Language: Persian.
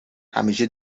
همیشه